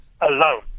alone